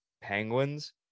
Penguins